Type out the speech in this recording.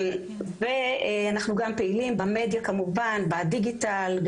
אנחנו גם פעילים במדיה כמובן ובדיגיטל.